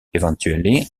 eventually